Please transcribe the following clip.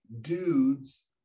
dudes